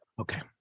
Okay